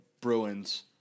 Bruins